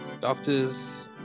doctors